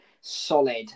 solid